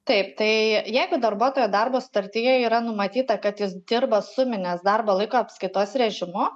taip tai jeigu darbuotojo darbo sutartyje yra numatyta kad jis dirba suminės darbo laiko apskaitos režimu